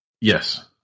Yes